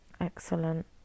Excellent